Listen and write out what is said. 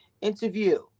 interview